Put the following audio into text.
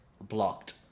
blocked